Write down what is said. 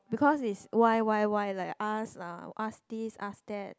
because is why why why like ask lah ask this ask that